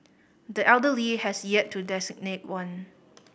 the elder Lee has yet to designate one